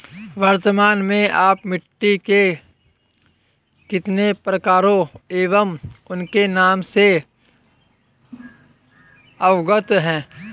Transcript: वर्तमान में आप मिट्टी के कितने प्रकारों एवं उनके नाम से अवगत हैं?